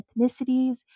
ethnicities